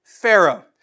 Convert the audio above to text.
Pharaoh